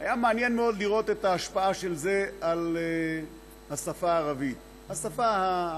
היה מאוד מעניין לראות את ההשפעה של זה על השפה הערבית העממית.